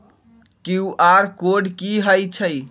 QR code कि हई छई?